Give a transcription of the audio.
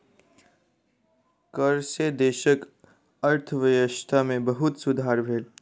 कर सॅ देशक अर्थव्यवस्था में बहुत सुधार भेल